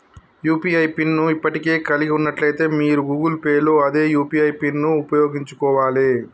UPI PIN ను ఇప్పటికే కలిగి ఉన్నట్లయితే మీరు గూగుల్ పే లో అదే యూ.పీ.ఐ పిన్ను ఉపయోగించుకోవాలే